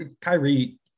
Kyrie